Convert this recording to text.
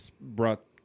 brought